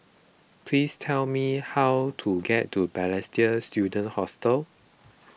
please tell me how to get to Balestier Student Hostel